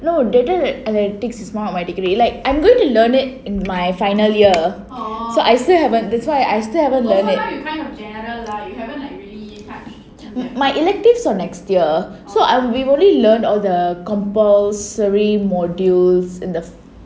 no data analytics is one of my degree like I'm going to learn it in my final year so I still haven't that's why I still haven't learn it my electives are next year so um we will only learn all the compulsary modules in the